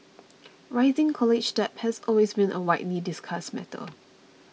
rising college debt has been a widely discussed matter